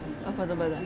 affordable ah